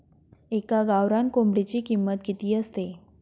एका गावरान कोंबडीची किंमत किती असते?